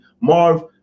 Marv